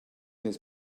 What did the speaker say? this